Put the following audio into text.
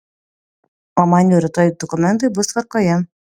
o man jau rytoj dokumentai bus tvarkoje